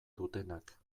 dutenak